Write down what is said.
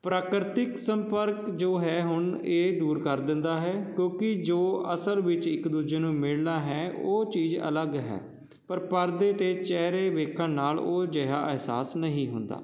ਪ੍ਰਾਕਰਤਿਕ ਸੰਪਰਕ ਜੋ ਹੈ ਹੁਣ ਇਹ ਦੂਰ ਕਰ ਦਿੰਦਾ ਹੈ ਕਿਉਂਕਿ ਜੋ ਅਸਲ ਵਿੱਚ ਇੱਕ ਦੂਜੇ ਨੂੰ ਮਿਲਣਾ ਹੈ ਉਹ ਚੀਜ਼ ਅਲੱਗ ਹੈ ਪਰ ਪਰਦੇ 'ਤੇ ਚਿਹਰੇ ਵੇਖਣ ਨਾਲ ਉਹ ਜਿਹਾ ਅਹਿਸਾਸ ਨਹੀਂ ਹੁੰਦਾ